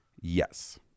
Yes